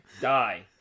Die